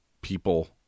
people